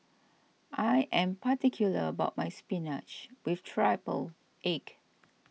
I am particular about my Spinach with Triple Egg